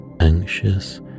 anxious